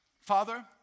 Father